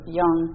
young